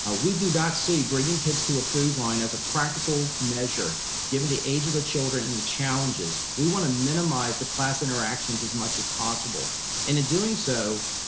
ah we do not see bringing kids to a food line as a practical measure given the age of the children and the challenges. we wanna minimize the class interactions as much as possible. and in doing so,